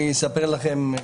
אני אספר לכם,